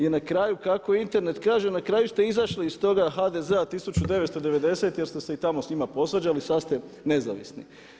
I na kraju kako Internet kaže na kraju ste izašli iz toga HDZ-a 1990 jer ste se i tamo s njima posvađali, sad ste nezavisni.